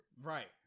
Right